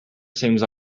seems